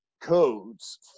codes